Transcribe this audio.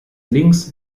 links